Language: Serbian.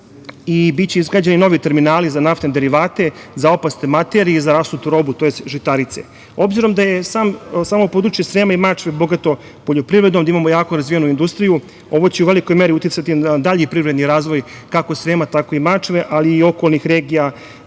i biće izgrađeni i novi terminali za naftne derivate, za opasne materije, za rasutu robu, tj. žitarice. Obzirom da je samo područje Srema i Mačve bogato poljoprivedom, da imamo jako razvijenu industriju, ovo će u velikoj meri uticati na dalji privredni razvoj, kako Srema, tako i Mačve, ali i okolnih regija